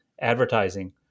advertising